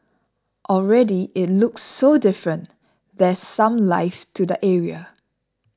already it looks so different there's some life to the area